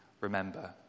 Remember